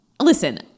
Listen